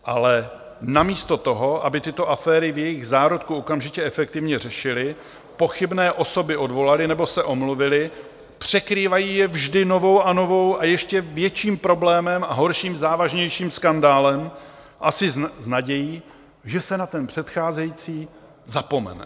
Ale namísto toho, aby tyto aféry v jejich zárodku okamžitě efektivně řešili, pochybné osoby odvolali nebo se omluvili, překrývají je vždy novou a novou, a ještě větším problémem a horším, závažnějším skandálem, asi s nadějí, že se na ten předcházející zapomene.